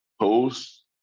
post